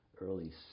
early